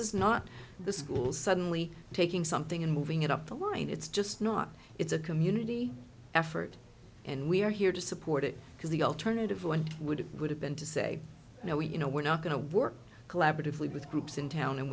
is not the school's suddenly taking something and moving it up the line it's just not it's a community effort and we're here to support it because the alternative one would have would have been to say no you know we're not going to work collaboratively with groups in town and